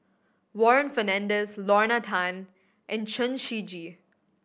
Warren Fernandez Lorna Tan and Chen Shiji